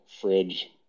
fridge